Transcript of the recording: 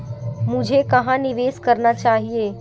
मुझे कहां निवेश करना चाहिए?